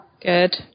Good